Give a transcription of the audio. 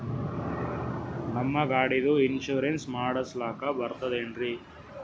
ನಮ್ಮ ಗಾಡಿದು ಇನ್ಸೂರೆನ್ಸ್ ಮಾಡಸ್ಲಾಕ ಬರ್ತದೇನ್ರಿ?